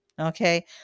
Okay